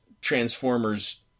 Transformers